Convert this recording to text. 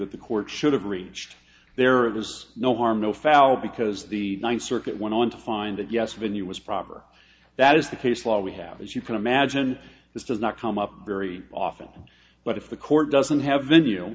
that the court should have reached there it was no harm no foul because the ninth circuit went on to find that yes venue was proper that is the case law we have as you can imagine this does not come up very often but if the court doesn't have a venue